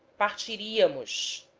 portuguese english